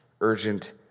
urgent